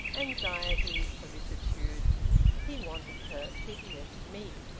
anxieties, solicitudes he wanted her, piteous, meek,